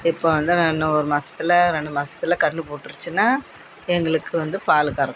இப்போ வந்து அது இன்னும் ஒரு மாதத்துல ரெண்டு மாதத்துல கன்று போட்டிருச்சின்னா எங்களுக்கு வந்து பால் கறக்கும்